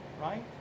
Right